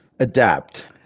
adapt